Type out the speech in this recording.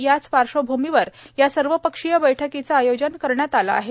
याच पार्श्वभूमीवर या सर्वपक्षीय बैठकीचे आयोजन करण्यात आले आहे